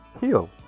heal